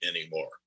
anymore